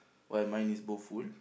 where mine is both full